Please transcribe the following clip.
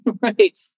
right